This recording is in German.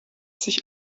sich